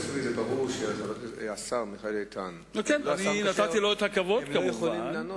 ברור שהשר מיכאל איתן לא יכול לענות.